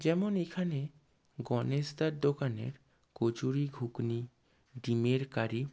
যেমন এখানে গণেশদার দোকানের কচুরি ঘুগনি ডিমের কারি